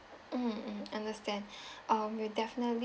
mm mm understand uh we'll definitely